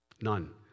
None